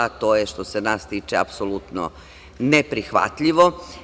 To je što se nas tiče apsolutno neprihvatljivo.